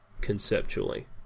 conceptually